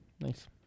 Nice